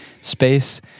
Space